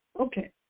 Okay